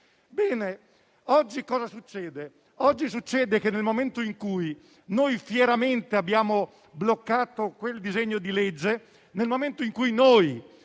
Bene, oggi cosa succede? Nel momento in cui noi fieramente abbiamo bloccato quel disegno di legge, nel momento in cui noi